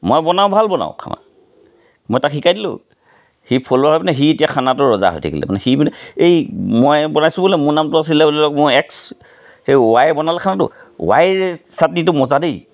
মই বনাওঁ ভাল বনাওঁ খানা মই তাক শিকাই দিলোঁ সি ফ'লৱাৰ মানে সি এতিয়া খানাটো ৰজা হৈ থাকিলে মানে সি মানে এই মই বনাইছোঁ বোলে মোৰ নামতো আছিলে বোলে মই এক্স সেই ৱায়ে বনালে খানাটো ৱাইৰ চাটনিটো মজা দেই